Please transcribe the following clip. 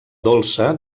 dolça